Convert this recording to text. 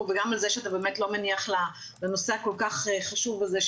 וגם על זה שאתה לא מניח לנושא הכול כך חשוב הזה,